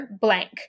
blank